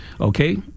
Okay